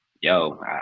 yo